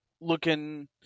looking